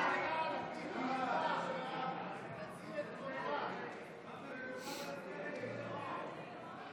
לוועדה את הצעת חוק חניה לנכים (תיקון,